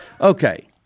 Okay